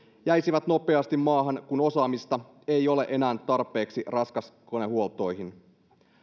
jäisivät nopeasti maahan kun osaamista ei ole enää tarpeeksi raskaskonehuoltoihin